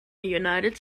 united